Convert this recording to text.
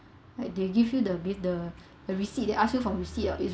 like they give you the re~ the the receipt they ask you for receipt uh is